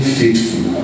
faithful